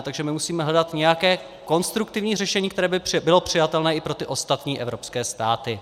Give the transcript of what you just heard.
Takže musíme hledat nějaké konstruktivní řešení, které by bylo přijatelné i pro ty ostatní evropské státy.